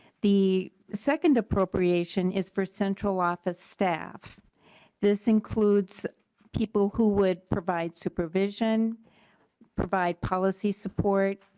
the second appropriation is for central office staff this includes people who would provide supervision provide policy support.